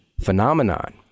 phenomenon